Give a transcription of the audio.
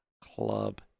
club